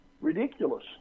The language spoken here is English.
Ridiculous